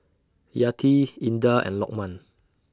Yati Indah and Lokman